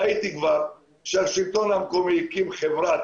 ראיתי כבר שהשלטון המקומי הקים חברת